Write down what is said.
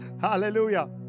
Hallelujah